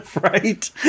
Right